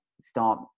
start